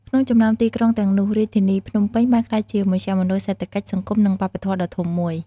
ក្នុងចំណោមទីក្រុងទាំងនោះ រាជធានីភ្នំពេញបានក្លាយជាមជ្ឈមណ្ឌលសេដ្ឋកិច្ច សង្គម និងវប្បធម៌ដ៏ធំមួយ។